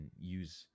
use